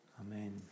Amen